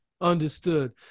Understood